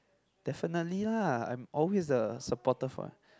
definitely lah I'm always the supportive what